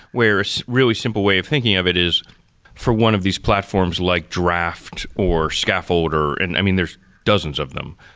where a really simple way of thinking of it is for one of these platforms, like draft or scaffolder. and i mean, there's dozens of them.